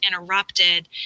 interrupted